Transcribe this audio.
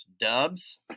Dubs